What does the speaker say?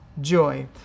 joy